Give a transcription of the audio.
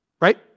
Right